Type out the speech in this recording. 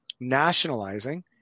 nationalizing